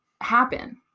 happen